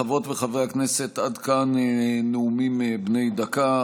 חברות וחברי הכנסת, עד כאן נאומים בני דקה.